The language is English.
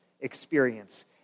experience